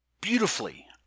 beautifully